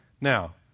Now